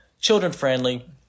Children-friendly